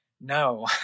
no